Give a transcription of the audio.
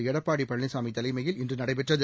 எடப்பாடி பழனிசாமி தலைமையில் இன்று நடைபெற்றது